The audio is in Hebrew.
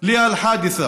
של האירועים:)